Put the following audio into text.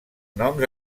noms